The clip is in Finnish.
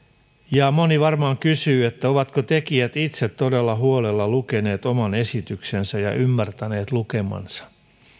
moni varmaan kysyy ovatko tekijät itse todella huolella lukeneet oman esityksensä ja ymmärtäneet lukemansa